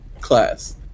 class